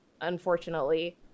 unfortunately